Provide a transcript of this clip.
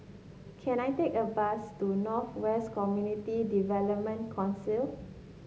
can I take a bus to North West Community Development Council